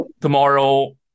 tomorrow